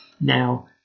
Now